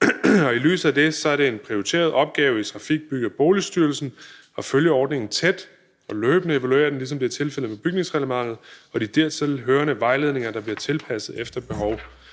I lyset af det er det en prioriteret opgave i Trafik-, Bygge- og Boligstyrelsen at følge ordningen tæt og løbende evaluere den, ligesom det er tilfældet med bygningsreglementet og de dertil hørende vejledninger, der bliver tilpasset efter behov.